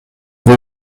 бул